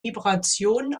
vibration